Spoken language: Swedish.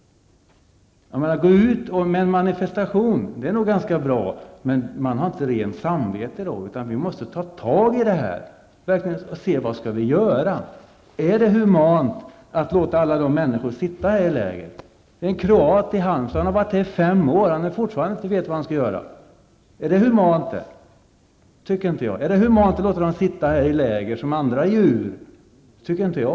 Att gå ut med en manifestation är ganska bra, men då har man inte rent samvete. Vi måste verkligen ta itu med problemet och se vad vi kan göra. Är det humant att låta alla dessa människor sitta i flyktingläger? Det finns en kroat i Halmstad som varit i Sverige i fem år, men som fortfarande inte vet vad han skall göra. Är det humant? Det tycker inte jag. Är det humant att låta asylsökande sitta i läger som djur? Det tycker inte jag!